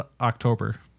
October